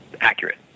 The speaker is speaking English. accurate